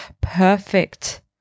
perfect